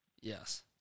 Yes